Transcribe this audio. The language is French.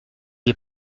est